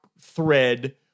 thread